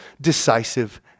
decisive